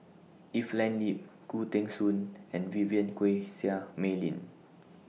Evelyn Lip Khoo Teng Soon and Vivien Quahe Seah Mei Lin